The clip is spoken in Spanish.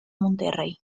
monterey